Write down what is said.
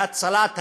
להצלת הילדים,